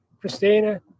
Christina